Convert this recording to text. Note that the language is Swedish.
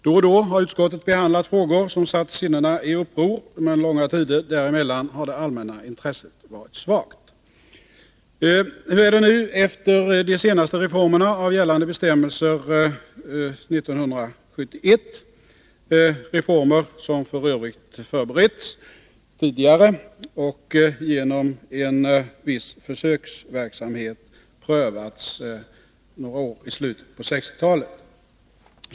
Då och då har utskottet behandlat frågor som satt sinnena i uppror, men långa tider däremellan har det allmänna intresset varit svagt. Hur är det nu efter de senaste reformerna av gällande bestämmelser 1971, reformer som f. ö. förberetts tidigare och genom en viss försöksverksamhet prövats några år i slutet på 1960-talet?